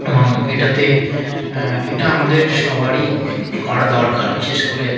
এবং এটাতে এটা আমাদের সবারই করা দরকার বিশেষ করে